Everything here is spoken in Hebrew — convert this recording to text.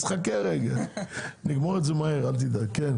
אז חכה רגע, נגמור את זה מהר, אל תדאג.